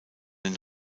den